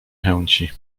chęci